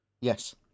Yes